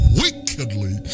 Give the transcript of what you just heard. wickedly